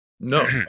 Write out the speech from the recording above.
No